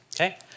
okay